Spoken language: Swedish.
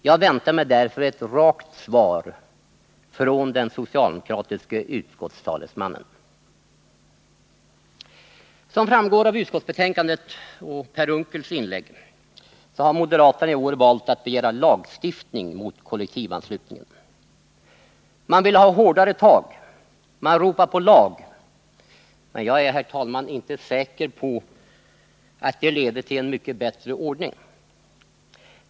Jag väntar mig därför ett rakt svar från den socialdemokratiske utskottstalesmannen. Som framgår av utskottsbetänkandet och Per Unckels inlägg har moderaterna i år valt att begära lagstiftning mot kollektivanslutningen. Man vill ha hårdare tag, man ropar på lag. Men jag är, herr talman, inte säker på att det leder till en mycket bättre ordning.